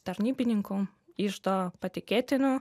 tarnybininku iždo patikėtiniu